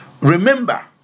Remember